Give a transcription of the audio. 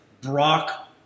Brock